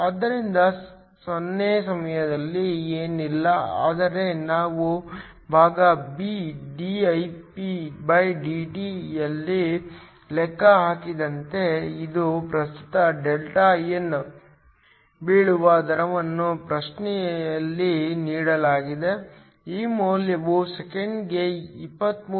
ಆದ್ದರಿಂದ 0 ಸಮಯದಲ್ಲಿ ಏನಿಲ್ಲ ಆದರೆ ನಾವು ಭಾಗ ಎ dIpdt ಯಲ್ಲಿ ಲೆಕ್ಕ ಹಾಕಿದಂತೆಯೇ ಇದು ಪ್ರಸ್ತುತ Δn ಬೀಳುವ ದರವನ್ನು ಪ್ರಶ್ನೆಯಲ್ಲಿ ನೀಡಲಾಗಿದೆ ಈ ಮೌಲ್ಯವು ಸೆಕೆಂಡಿಗೆ 23